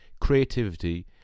creativity